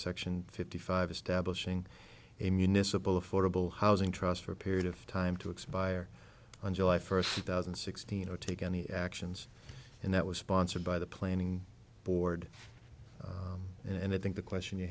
section fifty five establishing a municipal affordable housing trust for a period of time to expire on july first two thousand and sixteen zero take any actions and that was sponsored by the planning board and i think the question you